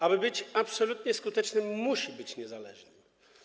Aby być absolutnie skutecznym, musi być niezależny.